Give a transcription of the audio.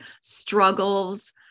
struggles